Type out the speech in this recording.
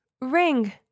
ring